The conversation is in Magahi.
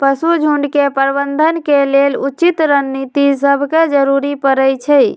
पशु झुण्ड के प्रबंधन के लेल उचित रणनीति सभके जरूरी परै छइ